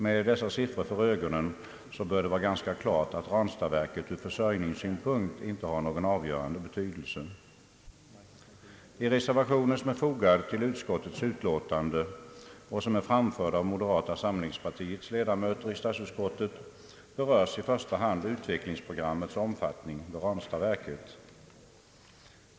Med dessa siffror för ögonen bör vi vara klart medvetna om att Ranstadsverket ur försörjningssynpunkt inte har någon avgörande betydelse. I reservationen, som är fogad till utskottets utlåtande och som är framförd av moderata samlingspartiets ledamöter i statsutskottet, berörs i första hand utvecklingsprogrammet vid Ranstadsverket.